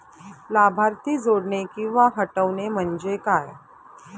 लाभार्थी जोडणे किंवा हटवणे, म्हणजे काय?